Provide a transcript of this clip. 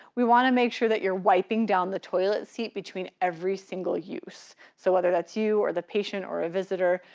we wanna make sure that you're wiping down the toilet seat between every single use. so whether that's you or the patient or a visitor,